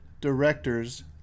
directors